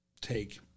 take